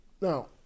Now